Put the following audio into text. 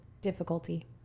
difficulty